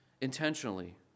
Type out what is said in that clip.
intentionally